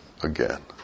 again